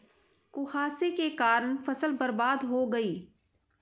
कुहासे के कारण फसल बर्बाद हो गयी